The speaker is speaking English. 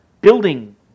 building